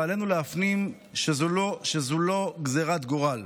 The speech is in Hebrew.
ועלינו להפנים שזו לא גזרת גורל.